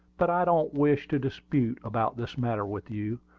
but i don't wish to dispute about this matter with you,